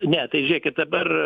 ne tai žiūrėkit dabar